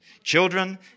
Children